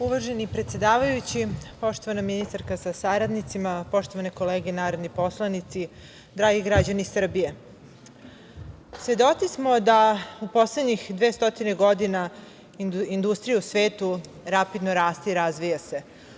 Uvaženi predsedavajući, poštovana ministarka sa saradnicima, poštovane kolege narodni poslanici, dragi građani Srbije, svedoci smo da u poslednjih 200 godina industrija u svetu rapidno raste i razvija se.